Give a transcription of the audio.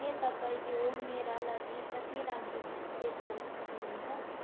के तपाईँ यो मेरा लगि कति राम्रो गीत सेभ गर्नु सक्नुहुन्छ